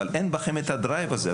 אבל אין בכם הדרייב הזה.